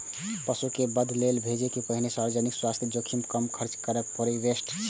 पशु कें वध लेल भेजै सं पहिने सार्वजनिक स्वास्थ्य जोखिम कें कम करनाय प्रीहार्वेस्ट छियै